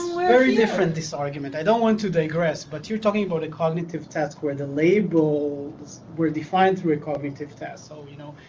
very different this argument. i don't want to digress but you're talking about a cognitive task where the labels were defined through a cognitive tasks so, you know,